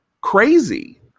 crazy